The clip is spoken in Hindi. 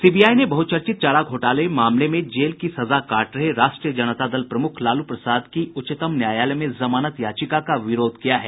सीबीआई ने बहुचर्चित चारा घोटाले मामले में जेल की सजा काट रहे राष्ट्रीय जनता दल प्रमुख लालू प्रसाद की उच्चतम न्यायालय में जमानत याचिका का विरोध किया है